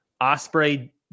osprey